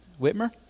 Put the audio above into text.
Whitmer